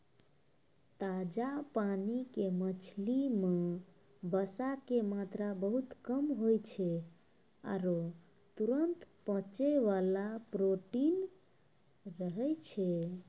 ताजा पानी के मछली मॅ वसा के मात्रा बहुत कम होय छै आरो तुरत पचै वाला प्रोटीन रहै छै